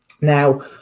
Now